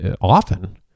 often